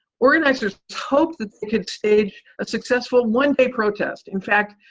organizers hoped that they could stage a successful one day protest. in fact,